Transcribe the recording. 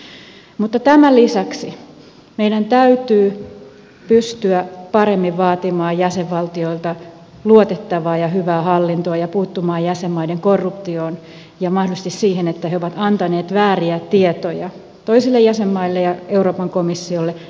tämän lisäksi meidän täytyy pystyä nykyistä paremmin vaatimaan jäsenvaltioilta luotettavaa ja hyvää hallintoa ja puuttumaan jäsenmaiden korruptioon ja mahdollisesti siihen että he ovat antaneet vääriä tietoja toisille jäsenmaille ja euroopan komissiolle